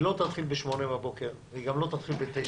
היא לא תתחיל ב-08:00, והיא גם לא תתחיל ב-09:00.